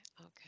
Okay